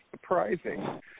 Surprising